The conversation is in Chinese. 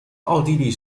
奥地利